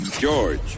George